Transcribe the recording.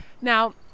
Now